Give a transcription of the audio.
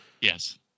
Yes